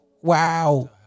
wow